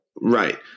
right